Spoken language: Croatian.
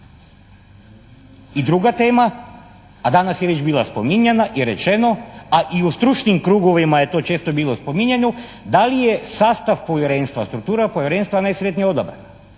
I druga tema, a danas je već bila spominjana je rečeno, a i u stručnim krugovima je to često bilo spominjano da li je sastav Povjerenstva, struktura Povjerenstva najsretnije odabrana.